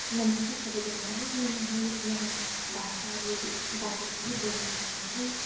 नमस्ते सबैजनालाई म यहीँ यहाँ भाषाहरूबारे केही बोल्न चाहन्छु